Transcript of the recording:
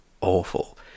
awful